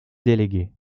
déléguées